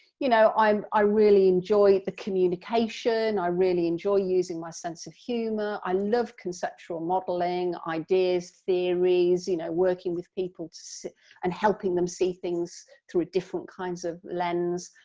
you know, i um i really enjoy the communication, i really enjoy using my sense of humour, i love conceptual modeling ideas theories, you know, working with people and helping them see things through different kinds of lens.